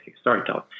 storytelling